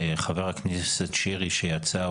חבר הכנסת שירי שיצא,